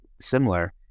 similar